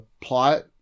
plot